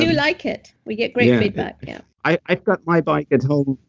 like it. we get great feedback yeah i've got my bike at home.